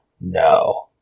no